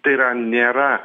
tai yra nėra